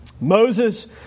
Moses